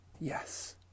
Yes